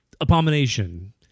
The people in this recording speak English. abomination